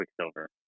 Quicksilver